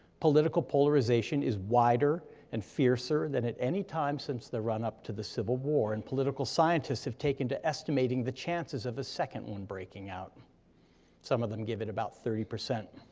political polarization is wider, and fiercer, than at any time since the run up to the civil war, and political scientists have taken to estimating the chances of a second one breaking out some of them give it about thirty.